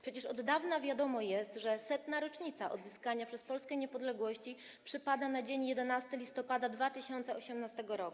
Przecież od dawna wiadomo, że 100. rocznica odzyskania przez Polskę niepodległości przypada na dzień 11 listopada 2018 r.